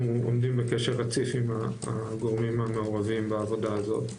עומדים בקשר רציף עם הגורמים המעורבים בעבודה הזו.